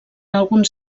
alguns